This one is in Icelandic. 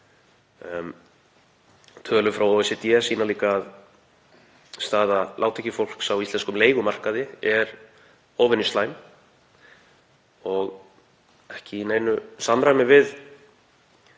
Tölur frá OECD sýna líka að staða lágtekjufólks á íslenskum leigumarkaði er óvenjuslæm og ekki í neinu samræmi við